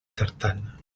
tartana